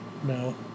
No